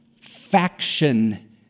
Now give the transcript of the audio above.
faction